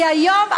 כי היום,